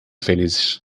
felizes